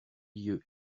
lieu